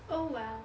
oh well